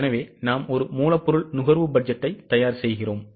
எனவே நாம் ஒரு மூலப்பொருள் நுகர்வு பட்ஜெட்டை தயார் செய்கிறோம்